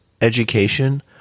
education